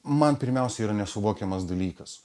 man pirmiausiai yra nesuvokiamas dalykas